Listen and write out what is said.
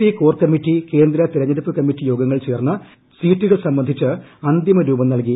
P core committee കേന്ദ്ര തിരഞ്ഞെടുപ്പ് committee യോഗങ്ങൾ ചേർന്ന് സീറ്റുകൾ സംബന്ധിച്ച് അന്തിമരൂപം നൽകി